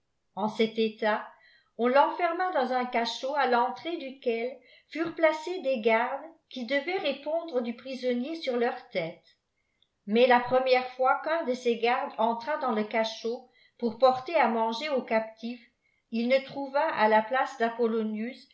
en cet état on renferma dans un cachot à l'entrée duquel furent placés des gardes qui devaient pondre du prisonnier sur leur tête mais la première fois qun de ses gardes entra dans le cachot pour porter à manger au captif il ne trouva à la place